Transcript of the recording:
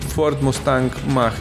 ford mustang mach